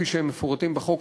כפי שהם מפורטים בחוק,